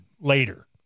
later